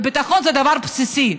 ביטחון זה דבר בסיסי.